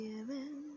Given